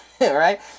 right